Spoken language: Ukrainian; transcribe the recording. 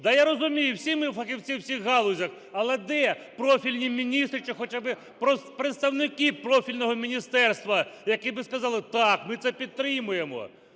Да, я розумію, всі ми фахівці в цих галузях. Але де профільні міністри чи хоча би представники профільного міністерства, які би сказали: "так, ми це підтримуємо"?